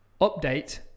Update